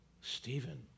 Stephen